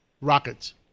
rockets